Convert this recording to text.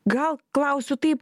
gal klausiu taip